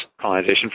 colonization